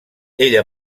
ella